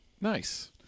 Nice